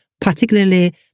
Particularly